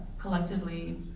collectively